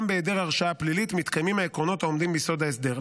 גם בהיעדר הרשעה פלילית מתקיימים העקרונות העומדים ביסוד ההסדר.